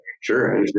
Sure